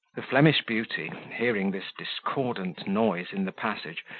the flemish beauty, hearing this discordant noise in the passage,